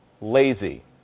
lazy